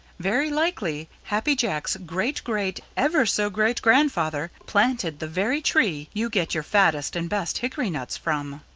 very likely happy jack's great-great-ever-so-great grandfather planted the very tree you get your fattest and best hickory nuts from.